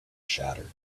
shattered